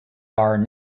are